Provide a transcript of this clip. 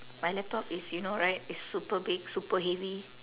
my laptop is you know right it's super big super heavy